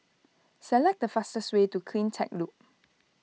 select the fastest way to CleanTech Loop